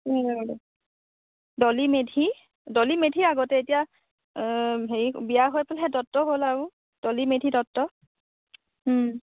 ডলি মেধি ডলি মেধি আগতে এতিয়া হেৰি বিয়া হৈ পেলাই দত্ত হ'ল আৰু ডলি মেধি দত্ত